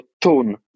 tone